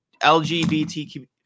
LGBTQ